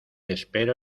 espero